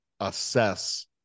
assess